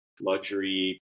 luxury